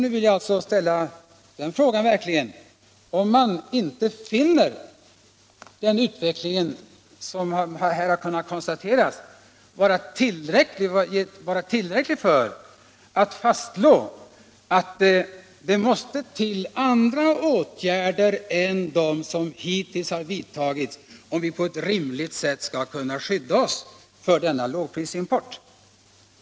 Jag vill — Åtgärder för textilockså ställa frågan om man inte finner den utveckling som här har skett — och konfektionsvara tillräcklig för att slå fast att det måste till andra åtgärder än de industrierna som hittills vidtagits, om vi skall kunna skydda oss på ett rimligt sätt mot verkningarna av denna lågprisimport.